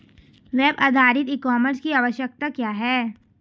Web आधारित e commerce की आवश्यकता क्या है?